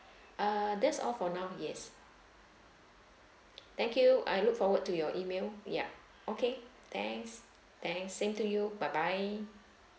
ah that's all for now yes thank you I look forward to your email ya okay thanks thanks same to you bye bye